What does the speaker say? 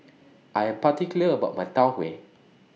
I Am particular about My Tau Huay